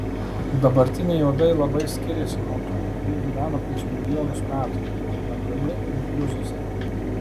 dabartiniai uodai labai skiriasi nuo tų kurie gyveno prieš milijonus metų ir randami inkliuzuose